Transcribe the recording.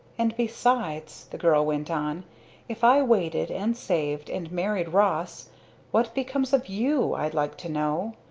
and besides, the girl went on if i waited and saved and married ross what becomes of you, i'd like to know?